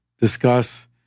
discuss